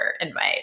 invite